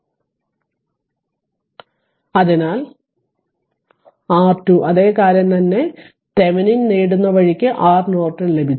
അതിനാൽ R Norton ഒന്നുമല്ല പക്ഷേ R2 അതേ കാര്യം തന്നെ തെവെനിൻ നേടുന്ന വഴിക്ക് R Norton ലഭിച്ചു